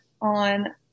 on